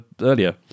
earlier